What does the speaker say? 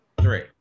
Three